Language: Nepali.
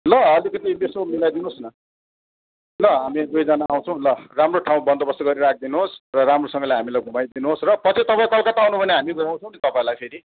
ल अलिकति यसो मिलाइ दिनुहोस् न ल हामी दुईजाना आउँछौँ ल राम्रो ठाउँ बन्दबस्त गरि राखिदिनुहोस् र राम्रोसँगले हामीलाई घुमाइ दिनुहोस् पछि तपाईँ कलकत्ता आउनुभयो भने हामी घुमाउँछौँ नि तपाईँलाई फेरि